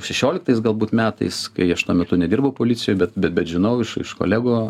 šešioliktais galbūt metais kai aš tuo metu nedirbau policijoj bet bet bet žinau iš iš kolegų